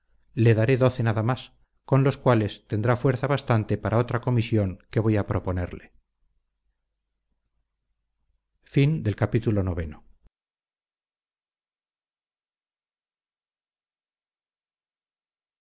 le daré doce nada más con los cuales tendrá fuerza bastante para otra comisión que voy a proponerle